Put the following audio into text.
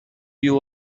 you